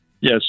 Yes